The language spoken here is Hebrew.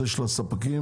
תקציבים.